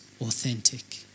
authentic